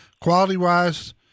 Quality-wise